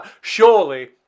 Surely